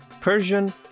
Persian